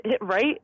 Right